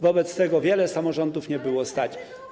Wobec tego wiele samorządów nie było stać.